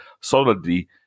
solidly